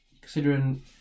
considering